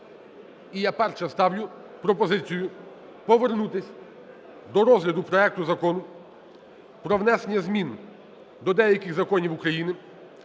І перше: ставлю пропозицію повернутися до розгляду проекту Закону про внесення змін до деяких законів України